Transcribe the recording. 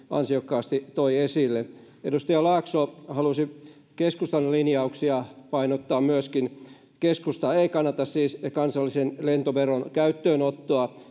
ansiokkaasti toi esille edustaja laaksokin halusi keskustan linjauksia painottaa keskusta ei siis kannata kansallisen lentoveron käyttöönottoa